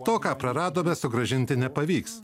to ką praradome sugrąžinti nepavyks